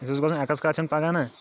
اَسہِ اوس گژھُن ایٚکسکرشَن پَگاہ نہَ